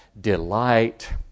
delight